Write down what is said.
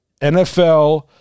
NFL